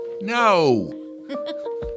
No